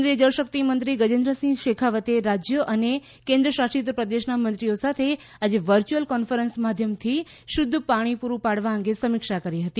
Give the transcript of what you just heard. કેન્રિરાય જળશક્તિમંત્રી ગજેન્રસિંહ શેખાવતે રાજ્યો અને કેન્ટશાસિત પ્રદેશના મંત્રીઓ સાથે આજે વર્યુસુઅલ કોન્ફરન્સ માધ્યમતી શુધ્ધ પાણી પૂરૂં પાડવા અંગે સમીક્ષા કરી હતી